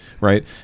right